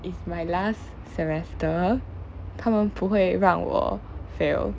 it's my last semester 他们不会让我 fail